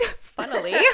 Funnily